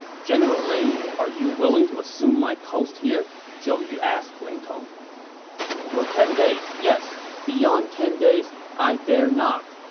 general ling, are you willing to assume my post here? zhou yu asked ling tong for ten days, yes. beyond ten days, i dare not,